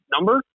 number